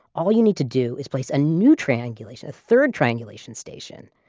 all you need to do is place a new triangulation, a third triangulation station,